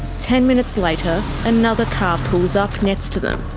ten minutes later, another car pulls up next to them.